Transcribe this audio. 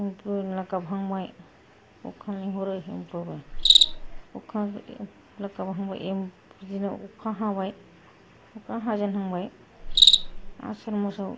एम्फौ एनला गाबहांबाय अखा लेंहरो आमफोवाबो अखा लेंहरो लें बिदिनो अखा हाबाय अखा हाजेनहांबाय आसेन मासाव